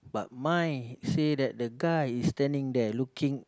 but mine say that the guy is standing there looking